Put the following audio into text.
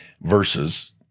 Verses